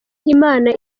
imana